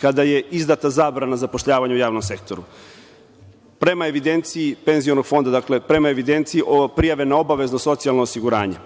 kada je izdata zabrana zapošljavanja u javnom sektoru, prema evidenciji penzionog fonda, dakle, prema evidenciji o prijavama na obavezno socijalno osiguranje,